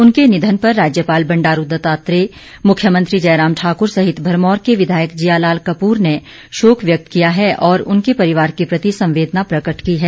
उनके निधन पर राज्यपाल बंडारू दत्तात्रेय मुख्यमंत्री जयराम ठाक्र सहित भरमौर के विधायक जिया लाल कपूर ने शोक व्यक्त किया है और उनके परिवार के प्रति संवेदना प्रकट की है